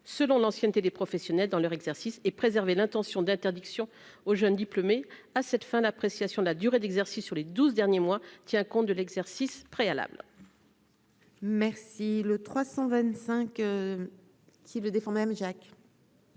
selon l'ancienneté des professionnels dans leur exercice et préserver l'intention d'interdiction aux jeunes diplômés à cette fin, d'appréciation de la durée d'exercice sur les 12 derniers mois, tient compte de l'exercice préalables. Merci le 325 qui le défend même Jacques.